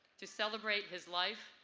to celebrate his life,